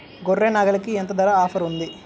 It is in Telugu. గొర్రె, నాగలికి ఎంత ధర ఆఫర్ ఉంది?